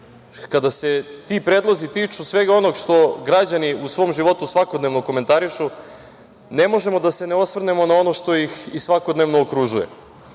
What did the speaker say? kada se ti predlozi tiču svega onoga što građani u svom životu svakodnevno komentarišu, ne možemo da se ne osvrnemo na ono što ih svakodnevno okružuje. Ovde